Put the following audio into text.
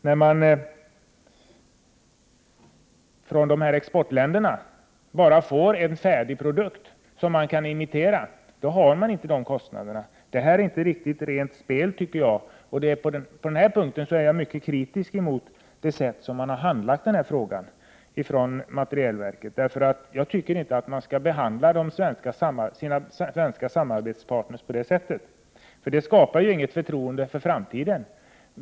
Företagen i exportländerna får ju en färdig produkt som det bara är att imitera. Därför har de inte samma kostnader. Detta är inte riktigt rent spel. På denna punkt är jag mycket kritisk mot det sätt på vilket materielverket har handlagt denna fråga. Jag tycker inte att man skall behandla sina svenska samarbetspartner på det sättet. Det skapar inget förtroende inför framtiden.